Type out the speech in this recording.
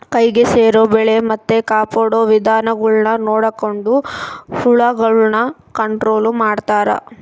ಕೈಗೆ ಸೇರೊ ಬೆಳೆ ಮತ್ತೆ ಕಾಪಾಡೊ ವಿಧಾನಗುಳ್ನ ನೊಡಕೊಂಡು ಹುಳಗುಳ್ನ ಕಂಟ್ರೊಲು ಮಾಡ್ತಾರಾ